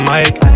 Mike